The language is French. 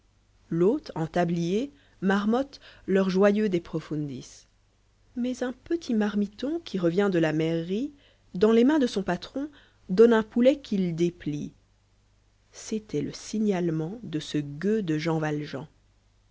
l'hôté en tablier marmotte leur joyeux î t prof un dis mais un petit marmiton qui revient de la mairie dans les mains de son patron donne un poulet qu'il déplie c'était le signalement de ce gueux de jean valjean